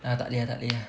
ah tak leh ah tak leh ah